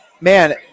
Man